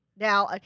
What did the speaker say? Now